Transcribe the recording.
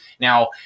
Now